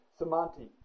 Samanti